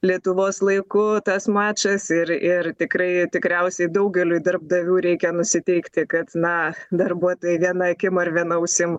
lietuvos laiku tas mačas ir ir tikrai tikriausiai daugeliui darbdavių reikia nusiteikti kad na darbuotojai viena akim ar viena ausim